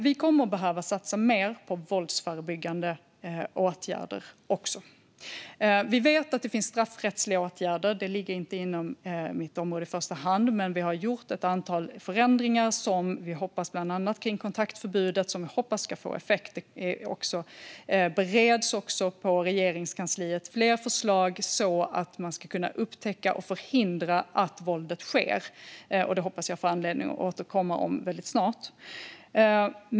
Vi kommer att behöva satsa mer på våldsförebyggande åtgärder, och vi vet att det finns straffrättsliga åtgärder. Det ligger inte inom mitt område i första hand, men vi har gjort att antal förändringar som vi hoppas ska få effekt; bland annat gäller det kontaktförbudet. På Regeringskansliet bereds också fler förslag så att man ska kunna upptäcka och förhindra att våld sker. Detta hoppas jag att jag får anledning att återkomma till väldigt snart.